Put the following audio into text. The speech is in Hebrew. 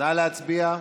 להצביע.